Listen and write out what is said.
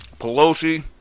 Pelosi